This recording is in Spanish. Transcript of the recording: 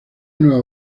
nueva